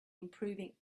improving